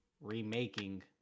remaking